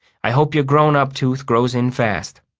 i hope your grown-up tooth grows in fast.